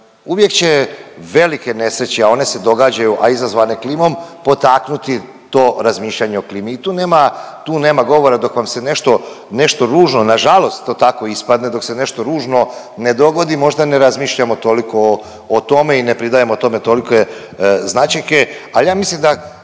uvijek će velike nesreće, a one se događaju, a izazvane klimom potaknuti to razmišljanje o klimitu. Tu nema govora dok vam se nešto ružno na žalost to tako ispadne, dok se nešto ružno ne dogodi možda ne razmišljamo toliko o tome i ne pridajemo tome tolike značajke. Ali ja mislim da